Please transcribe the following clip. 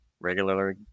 regularly